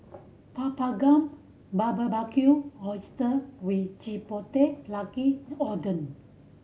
Papadum Barbecued Oyster with Chipotle Oden